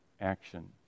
action